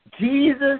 Jesus